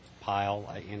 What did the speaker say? pile